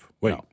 Wait